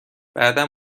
بعدا